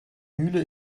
mühle